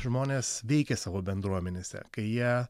žmonės veikia savo bendruomenėse kai jie